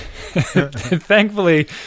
Thankfully